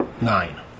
Nine